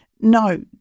no